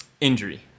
injury